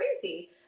crazy